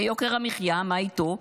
ויוקר המחיה, מה איתו?